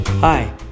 Hi